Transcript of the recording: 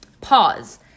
pause